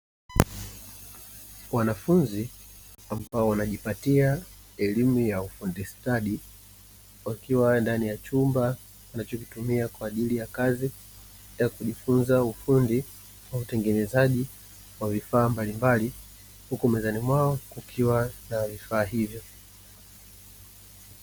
Wanafunzi ambao wanajipatia elimu ya ufundi stadi wakiwa ndani ya chumba wanachokitumia, kwa ajili ya kazi ya kujifunza ufundi kwa utengenezaji wa vifaa mbalimbali, huku mezani mwao kukiwa na vifaa hivyo.